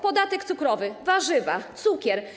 Podatek cukrowy, warzywa, cukier.